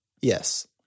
yes